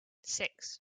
six